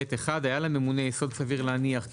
(ב1) היה לממונה יסוד סביר להניח כי